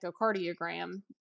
echocardiogram